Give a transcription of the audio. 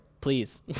please